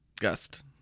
Gust